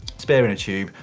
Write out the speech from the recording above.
spare inner tube,